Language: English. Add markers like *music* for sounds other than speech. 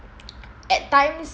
*noise* at times